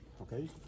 Okay